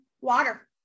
water